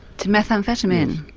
to methamphetamine?